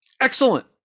Excellent